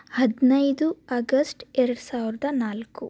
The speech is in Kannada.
ಹದಿನೈದು ಅಗಸ್ಟ್ ಎರಡುಸಾವಿರದ ನಾಲ್ಕು